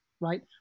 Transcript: right